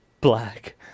black